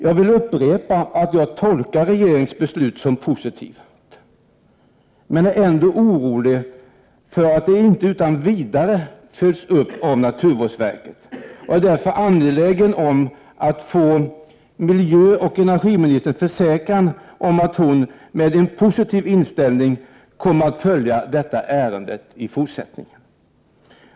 Jag vill upprepa att jag tolkar regeringens beslut som positivt, men jag är ändå orolig för att det inte utan vidare följs upp av naturvårdsverket. Jag är därför angelägen om att få miljöoch energiministerns försäkran om att hon med en positiv inställning kommer att följa detta ärende i fortsättningen.